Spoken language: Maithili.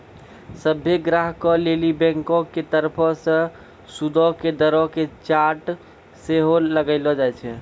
सभ्भे ग्राहको लेली बैंको के तरफो से सूदो के दरो के चार्ट सेहो लगैलो जाय छै